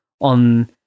on